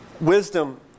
wisdom